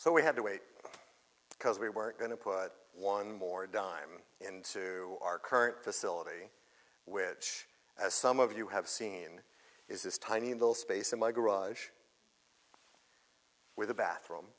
so we have to wait because we were going to put one more dime into our current facility which as some of you have seen is this tiny little space in my garage with a bathroom